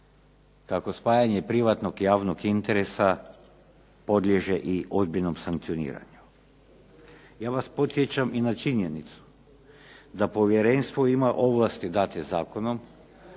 kako spajanje privatnog i javnog interesa podliježe i ozbiljnom sankcioniranju. Ja vas podsjećam i na činjenicu da povjerenstvo ima ovlasti dati zakonom